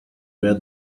where